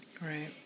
Right